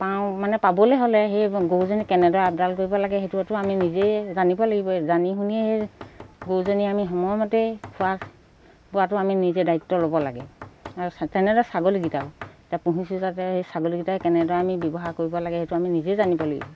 পাওঁ মানে পাবলৈ হ'লে সেই গৰুজনী কেনেদৰে আপডাল কৰিব লাগে সেইটোতো আমি নিজেই জানিব লাগিব জানি শুনি সেই গৰুজনী আমি সময়মতেই খোৱা পোৱাটো আমি নিজে দায়িত্ব ল'ব লাগে আৰু তেনেদৰে ছাগলীকেইটাও এতিয়া পুহিছোঁ যাতে সেই ছাগলীকেইটাই কেনেদৰে আমি ব্যৱহাৰ কৰিব লাগে সেইটো আমি নিজেই জানিব লাগিব